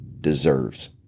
deserves